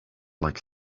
like